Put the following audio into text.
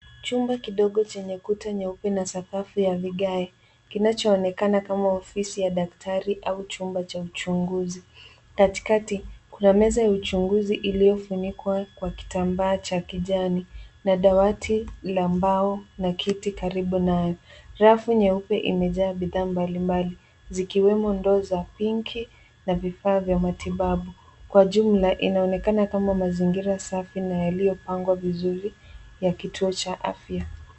Chumba kidogo chenye kuta nyeupe na sakafu ya vigae, kinachoonekana kama ofisi ya daktari au chumba cha uchunguzi. Katikati, kuna meza ya uchunguzi iliyofunikwa kwa kitambaa cha kijani, na dawati la mbao na kiti karibu nayo. Rafu nyeupe imejaa bidhaa mbalimbali, zikiwemo ndoo za pinki , na vifaa vya matibabu. Kwa jumla inaonekana kama mazingira safi na yaliyopangwa vizuri, ya kituo cha afya.